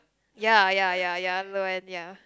ya ya ya ya Loann ya